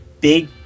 big